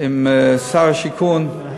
אם שר השיכון,